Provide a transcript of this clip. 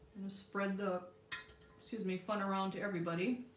spread the excuse me fun around to everybody